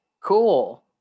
cool